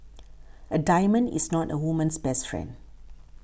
a diamond is not a woman's best friend